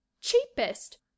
cheapest